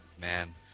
man